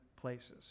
places